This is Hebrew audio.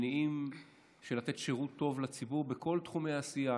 מניעים לתת שירות טוב לציבור בכל תחומי העשייה,